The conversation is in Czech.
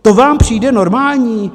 To vám přijde normální?